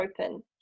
open